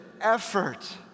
effort